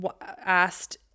asked